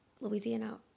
Louisiana